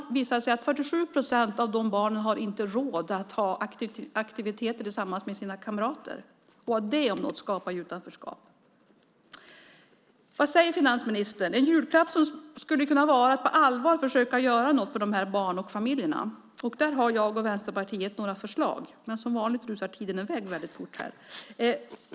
Det visar sig att 47 procent av de barnen inte har råd att ha aktiviteter tillsammans med sina kamrater. Det om något skapar utanförskap. Vad säger finansministern? En julklapp skulle kunna vara att på allvar försöka göra något för de här barnen och familjerna. Där har jag och Vänsterpartiet några förslag, men som vanligt rusar talartiden i väg väldigt fort.